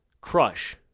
Crush